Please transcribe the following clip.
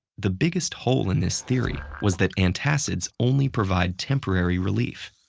the biggest hole in this theory was that antiacids only provide temporary relief.